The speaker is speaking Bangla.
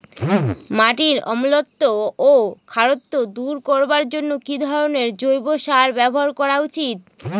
মাটির অম্লত্ব ও খারত্ব দূর করবার জন্য কি ধরণের জৈব সার ব্যাবহার করা উচিৎ?